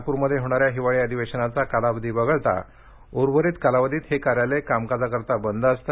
नागप्रमध्ये होणाऱ्या हिवाळी अधिवेशनाचा कालावधी वगळता उर्वरीत कालावधीत हे कार्यालय कामकाजाकरीता बंद असते